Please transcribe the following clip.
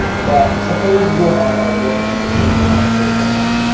but suppose you and i are working on the same repository right now.